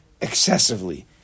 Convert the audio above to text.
excessively